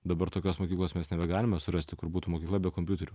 dabar tokios mokyklos mes nebegalime surasti kur būtų mokykla be kompiuterių